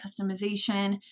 customization